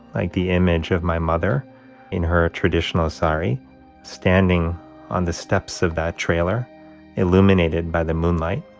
like, the image of my mother in her traditional sari standing on the steps of that trailer illuminated by the moonlight